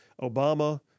Obama